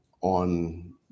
on